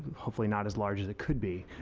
hopefully not as large as could be.